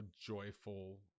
joyful